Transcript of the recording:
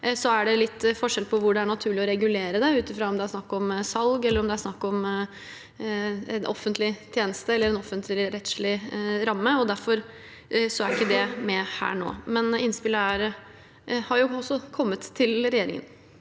Så er det litt forskjell på hvor det er naturlig å regulere det, om det er snakk om salg, eller om det er snakk om en offentlig tjeneste eller en offentligrettslig ramme. Derfor er ikke det med her nå, men innspillet har også kommet til regjeringen.